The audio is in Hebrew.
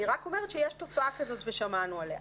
אני רק אומרת שיש תופעה כזאת ושמענו עליה.